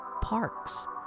parks